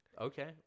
Okay